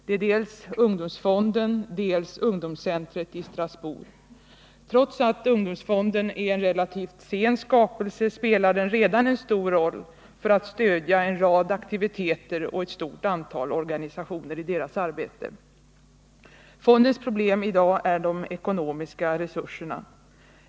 Det är dels ungdomsfonden, dels ungdomscentret i Strasbourg. Trots att ungdomsfonden är en relativt sen skapelse spelar den redan en stor roll för att stödja en rad aktiviteter och ett stort antal organisationer i deras arbete. Fondens problem i dag är de ekonomiska resurserna.